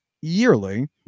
yearly